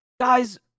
guys